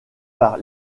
par